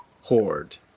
horde